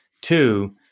two